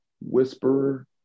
whisperer